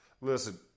Listen